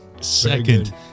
Second